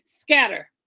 scatter